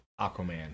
Aquaman